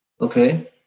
Okay